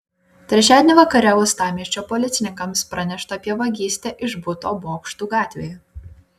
trečiadienį vakare uostamiesčio policininkams pranešta apie vagystę iš buto bokštų gatvėje